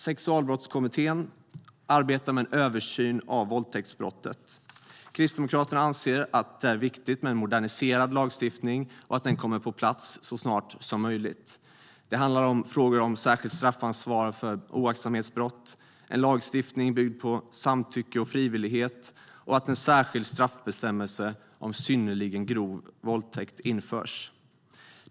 Sexualbrottskommittén arbetar med en översyn av våldtäktsbrottet. Kristdemokraterna anser att det är viktigt med en moderniserad lagstiftning och att den kommer på plats så snart som möjligt. Det handlar om frågor om särskilt straffansvar för oaktsamhetsbrott, en lagstiftning byggd på samtycke och frivillighet och att en särskild straffbestämmelse om synnerligen grov våldtäkt införs.